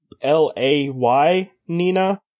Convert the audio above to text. L-A-Y-Nina